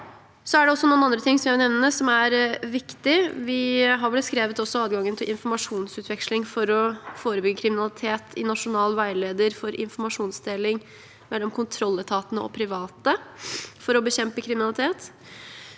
Så er det noen andre ting jeg vil nevne som er viktig: Vi har også beskrevet adgangen til informasjonsutveksling for å forebygge kriminalitet i Nasjonal veileder for informasjonsdeling mellom kontrolletatene, politiet og private for å bekjempe kriminalitet.